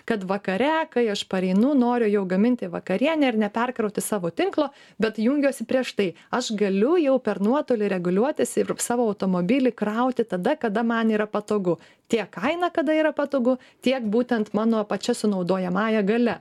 kad vakare kai aš pareinu noriu jau gaminti vakarienę ir neperkrauti savo tinklo bet jungiuosi prieš tai aš galiu jau per nuotolį reguliuotis savo automobilį krauti tada kada man yra patogu tiek kaina kada yra patogu tiek būtent mano pačia sunaudojamąja galia